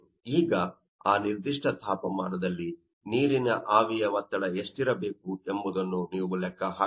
ಈಗ ಆ ನಿರ್ದಿಷ್ಟ ತಾಪಮಾನದಲ್ಲಿ ನೀರಿನ ಆವಿಯ ಒತ್ತಡ ಎಷ್ಟಿರಬೇಕು ಎಂಬುದನ್ನು ನೀವು ಲೆಕ್ಕ ಹಾಕಬೇಕು